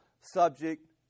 subject